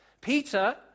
Peter